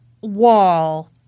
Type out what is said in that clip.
wall